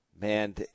Man